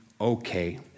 okay